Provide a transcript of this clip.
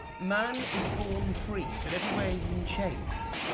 man is born free, but everywhere he's in chains.